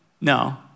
No